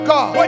God